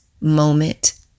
moment